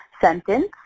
sentence